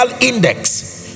index